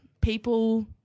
people